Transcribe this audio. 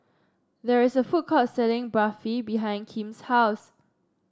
there is a food court selling Barfi behind Kim's house